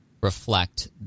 reflect